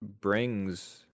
brings